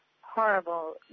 horrible